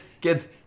kids